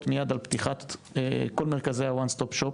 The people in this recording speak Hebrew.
מיד על פתיחת כל מרכזי ה-ONE STOP SHOP,